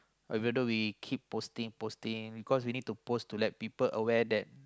oh even though we keep posting posting cause we need to post to let people aware that